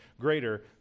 greater